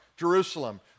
Jerusalem